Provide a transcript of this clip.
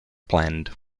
planned